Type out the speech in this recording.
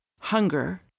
hunger